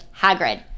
Hagrid